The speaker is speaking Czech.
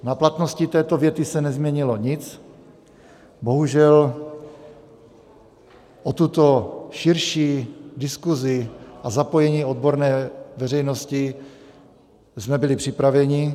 Na platnosti této věty se nezměnilo nic, bohužel o tuto širší diskuzi a zapojení odborné veřejnosti jsme byli připraveni.